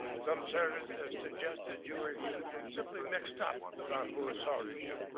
some senators have suggested you were simply mixed up about who assaulted you.